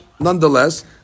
Nonetheless